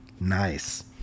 Nice